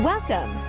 Welcome